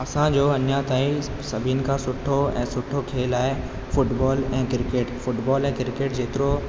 असांजो अञा ताईं सभिनि खां सुठो ऐं सुठो खेल आहे फुटबॉल ऐं किरकेट फुटबॉल ऐं किरकेट जेतिरो